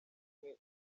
umwe